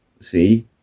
See